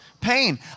pain